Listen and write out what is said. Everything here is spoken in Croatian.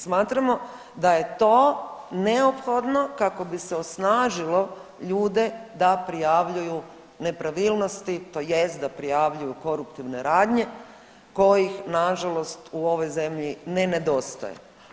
Smatramo da je to neophodno kako bi se osnažilo ljude da prijavljuju nepravilnosti tj. da prijavljuju koruptivne radnje kojih nažalost u ovoj zemlji ne nedostaje.